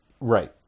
Right